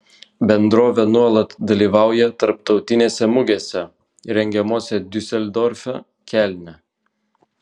bendrovė nuolat dalyvauja tarptautinėse mugėse rengiamose diuseldorfe kelne